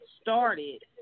started